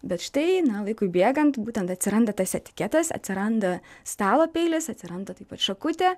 bet štai na laikui bėgant būtent atsiranda tas etiketas atsiranda stalo peilis atsiranda taip pat šakutė